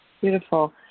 Beautiful